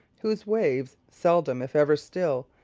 whose waves, seldom if ever still,